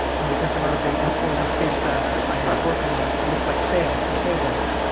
and because a lot of the unfolding spacecraft i end up working on look like sails or sailboats,